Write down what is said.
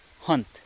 hunt